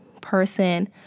person